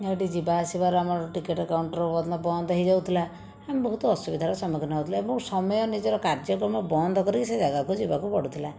ଯେଉଁଠି ଯିବା ଆସିବାର ଆମର ଟିକେଟ୍ କାଉଣ୍ଟର୍ ବନ୍ଦ ହେଇଯାଉଥିଲା ଆମେ ବହୁତ ଅସୁବିଧାରେ ସମ୍ମୁଖୀନ ହେଉଥିଲୁ ଏବଂ ସମୟ ନିଜର କାର୍ଯକ୍ରମ ବନ୍ଦ କରି ସେ ଜାଗାକୁ ଯିବାକୁ ପଡ଼ୁଥିଲା